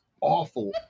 awful